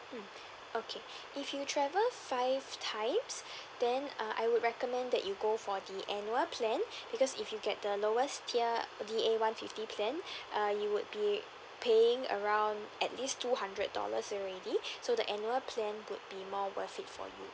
mm okay if you travel five times then uh I would recommend that you go for the annual plan because if you get the lowest tier D A one fifty plan err you would be paying around at least two hundred dollars already so the annual plan would be more worth it for you